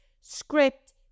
script